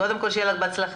קודם כול שיהיה לך בהצלחה.